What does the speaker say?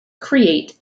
create